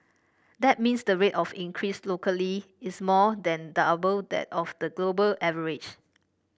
that means the rate of increase locally is more than double that of the global average